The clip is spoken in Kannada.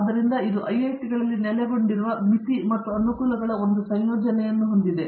ಆದ್ದರಿಂದ ಇದು ಐಐಟಿಗಳಲ್ಲಿ ನೆಲೆಗೊಂಡಿರುವ ಮಿತಿ ಮತ್ತು ಅನುಕೂಲಗಳ ಒಂದು ಸಂಯೋಜನೆಯನ್ನು ಹೊಂದಿದೆ